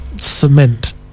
cement